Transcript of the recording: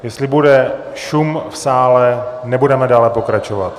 Jestli bude šum v sále, nebudeme dále pokračovat.